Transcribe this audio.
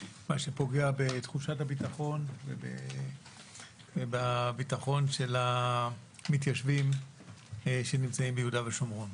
מה שפוגע בתחושת הביטחון ובביטחון של המתיישבים שנמצאים ביהודה ושומרון.